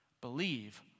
Believe